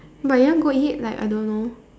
but you want go eat like I don't know